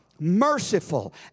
merciful